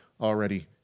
already